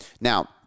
Now